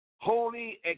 holy